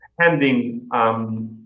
handing